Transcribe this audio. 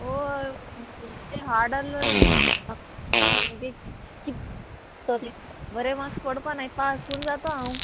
ओय हाड आसलो बरें मार्क्स पडपा जाय पास पूण जाता हांव